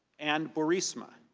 and burisma.